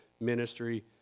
ministry